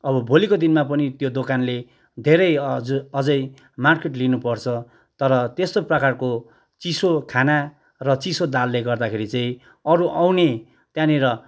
अब भोलिको दिनमा पनि त्यो दोकानले धेरै अझै मार्केट लिनु पर्छ तर त्यस्तो प्रकारको चिसो खाना र चिसो दालले गर्दाखेरि चाहिँ अरू आउने त्यहाँनिर